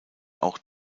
auch